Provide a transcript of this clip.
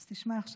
אז תשמע עכשיו.